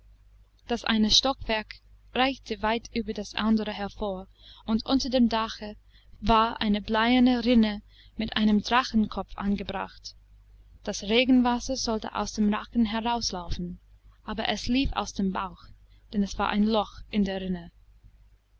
das eine stockwerk reichte weit über das andere hervor und unter dem dache war eine bleierne rinne mit einem drachenkopf angebracht das regenwasser sollte aus dem rachen herauslaufen aber es lief aus dem bauch denn es war ein loch in der rinne